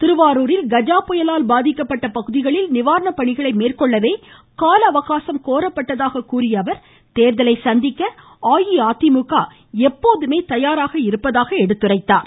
திருவாரூரில் கஜாபுயலால் பாதிக்கப்பட்ட பகுதிகளில் நிவாரண பணிகளை மேற்கொள்ளவே காலஅவகாசம் கேட்கப்பட்டதாக கூறியஅவர் தேர்தலை சந்திக்க அஇஅதிமுக எப்போதுமே தயாராக இருப்பதாக எடுத்துரைத்தார்